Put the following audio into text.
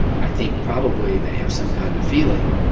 i think probably they have some kind of feeling,